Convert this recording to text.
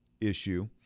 issue